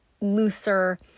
looser